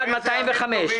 204 205. עמ'